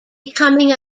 becoming